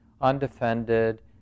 undefended